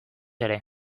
ere